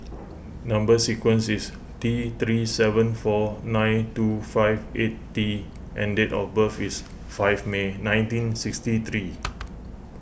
Number Sequence is T three seven four nine two five eight T and date of birth is five May nineteen sixty three